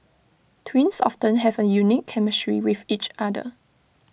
twins often have A unique chemistry with each other